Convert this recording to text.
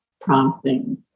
prompting